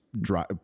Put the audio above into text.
drive